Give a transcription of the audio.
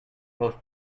post